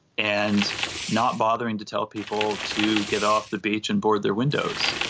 and not bothering to tell people to get off the beach and board their windows.